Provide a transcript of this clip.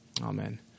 Amen